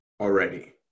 already